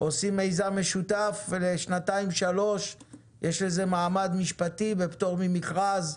עושים מיזם משותף ולשנתיים-שלוש יש לזה מעמד משפטי ופטור ממכרז.